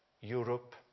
Europe